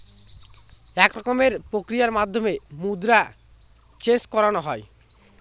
এক রকমের প্রক্রিয়ার মাধ্যমে মুদ্রা চেন্জ করানো হয়